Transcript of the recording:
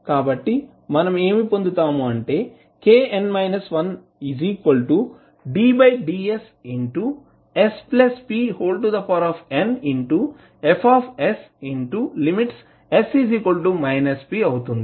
కాబట్టి మనము పొందుతాము kn 1ddsspnF|s pఅవుతుంది